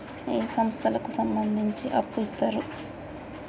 ఏ సంస్థలకు సంబంధించి అప్పు ఇత్తరు?